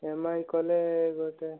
E M I କଲେ ଗୋଟେ